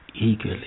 eagerly